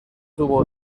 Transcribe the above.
tuvo